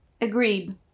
Agreed